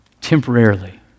temporarily